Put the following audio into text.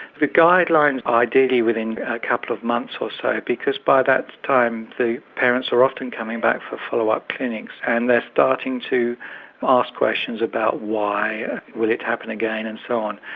the guidelines ideally within a couple of months or so because by that time the parents are often coming back for follow up clinics and they're starting to ask questions about why, why, will it happen again and so on.